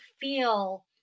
feel